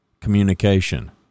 Communication